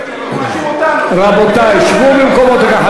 הוא מאשים אותנו, רבותי, שבו במקומותיכם.